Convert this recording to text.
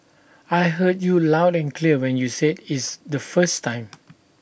I heard you loud and clear when you said its the first time